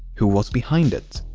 who was behind it?